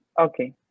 Okay